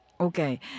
Okay